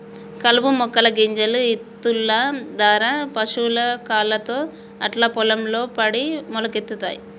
కలుపు మొక్కల గింజలు ఇత్తుల దారా పశువుల కాళ్లతో అట్లా పొలం లో పడి మొలకలొత్తయ్